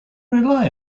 rely